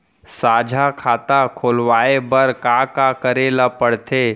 साझा खाता खोलवाये बर का का करे ल पढ़थे?